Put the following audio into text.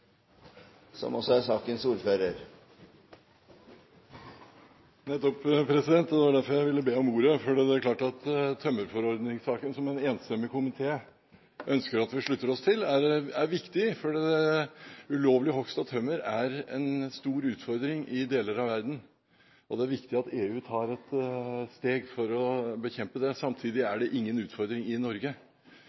som en enstemmig komité ønsker at vi slutter oss til, er viktig. Ulovlig hogst av tømmer er en stor utfordring i deler av verden. Det er viktig at EU tar et steg for å bekjempe det. Samtidig er det ingen utfordring i Norge,